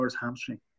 Hamstring